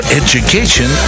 education